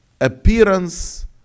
appearance